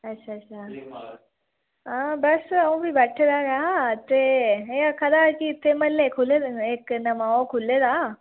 अच्छा अच्छा हां बैठे दे अ'ऊं भी बैठे दे गै आं ते में आक्खा दा कि इत्थै म्ह्ल्लें खु'ल्ले दे न इक नमां ओह् खु'ल्ले दा